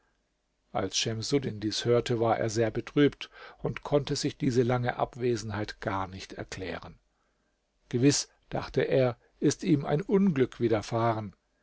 als schemsuddin dies hörte war er sehr betrübt und konnte sich diese lange abwesenheit gar nicht erklären gewiß dachte er ist ihm ein unglück widerfahren